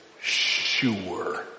sure